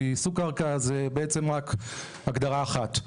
כי סוג קרקע זה בעצם רק הגדרה אחת.